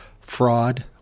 fraud